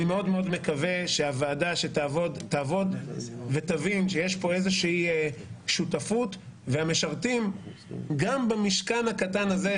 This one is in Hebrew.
אני מקווה שהוועדה תבין שיש פה שותפות ושגם במשכן הקטן הזה,